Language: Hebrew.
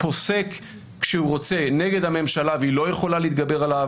פוסק כשהוא רוצה נגד הממשלה והיא לא יכולה להתגבר עליו,